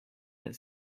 that